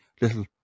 little